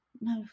no